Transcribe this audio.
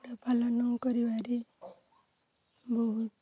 ପାଳନ କରିବାରେ ବହୁତ